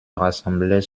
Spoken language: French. rassemblaient